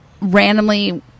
randomly